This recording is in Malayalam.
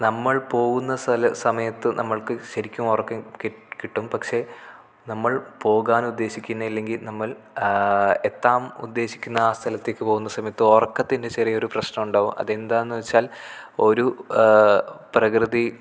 നമ്മൾ പോകുന്ന സ്ഥല സമയത്ത് നമ്മൾക്ക് ശരിക്കും ഉറക്കം കിട്ടും പക്ഷെ നമ്മൾ പോകാൻ ഉദ്ദേശിക്കുന്നില്ലെങ്കിൽ നമ്മൾ എത്താൻ ഉദ്ദേശിക്കുന്ന ആ സ്ഥലത്തേക്ക് പോകുന്ന സമയത്ത് ഉറക്കത്തിൻ്റെ ചെറിയൊരു പ്രശ്നമുണ്ടാകും അതെന്താണെന്നു വെച്ചാൽ ഒരു പ്രകൃതി